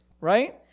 right